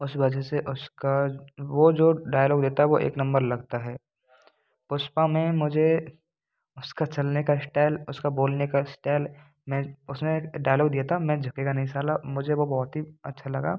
उसके बाद जैसे उसका वो जो डायलॉग देता है वो एक नंबर लगता है पुष्पा में मुझे उसका चलने का इश्टाइल उसका बोलने का इस्टाइल में उसने एक डायलॉग दिया था मैं झुकेगा नहीं साला मुझे वो बहुत ही अच्छा लगा